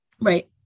Right